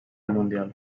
mundial